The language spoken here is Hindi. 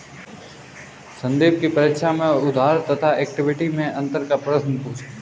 संदीप की परीक्षा में उधार तथा इक्विटी मैं अंतर का प्रश्न पूछा